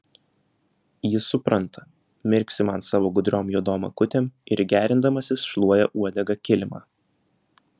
jis supranta mirksi man savo gudriom juodom akutėm ir gerindamasis šluoja uodega kilimą